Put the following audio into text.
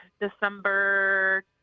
December